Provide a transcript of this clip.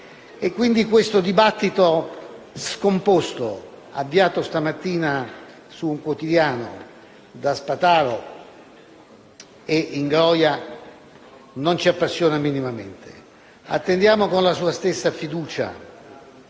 Quindi, questo dibattito scomposto avviato stamattina su un quotidiano da Spataro e Ingroia, non ci appassiona minimamente. Attendiamo con la sua stessa fiducia